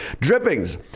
drippings